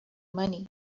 money